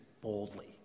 boldly